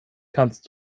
kannst